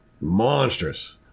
monstrous